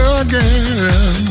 again